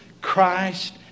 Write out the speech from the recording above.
Christ